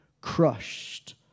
crushed